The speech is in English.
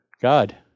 God